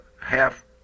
Half